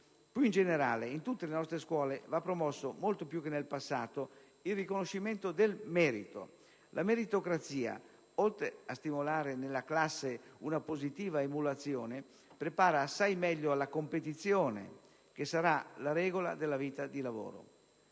in generale, in tutte le nostre scuole va promosso, molto più che nel passato, il riconoscimento del merito. La meritocrazia, oltre a stimolare nella classe una positiva emulazione, prepara assai meglio alla competizione, che sarà la regola della vita di lavoro.